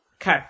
Okay